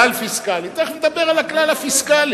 כלל פיסקלי, תיכף נדבר על הכלל הפיסקלי.